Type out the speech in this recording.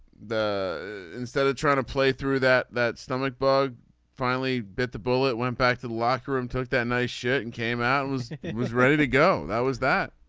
the instead of trying to play through that that stomach bug finally bit the bullet went back to the locker room took down a shirt and came out and was ready to go. that was that